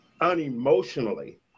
unemotionally